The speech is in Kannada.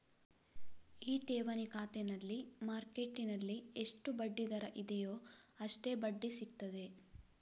ಈ ಠೇವಣಿ ಖಾತೆನಲ್ಲಿ ಮಾರ್ಕೆಟ್ಟಿನಲ್ಲಿ ಎಷ್ಟು ಬಡ್ಡಿ ದರ ಇದೆಯೋ ಅಷ್ಟೇ ಬಡ್ಡಿ ಸಿಗ್ತದೆ